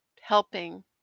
helping